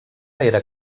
era